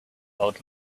old